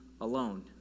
alone